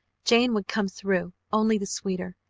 jane would come through only the sweeter.